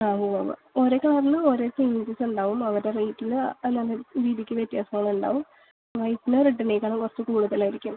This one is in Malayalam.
ആ ഉവ്വ് ഉവ്വ് ഓരോ കളറിനും ഓരോ ചേയ്ഞ്ചസ് ഉണ്ടാവും അവരുടെ റേയ്റ്റിൽ അല്ലാതെ രീതിക്ക് വ്യത്യാസങ്ങളുണ്ടാവും വൈറ്റിന് റെഡിനേക്കാളും ക റച്ച് കൂടുതലായിരിക്കും